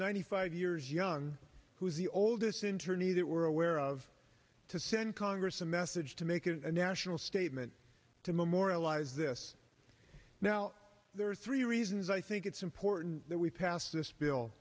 ninety five years young who is the old disinter need that we're aware of to send congress a message to make it a national statement to memorialize this now there are three reasons i think it's important that we pass this bill